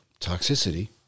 toxicity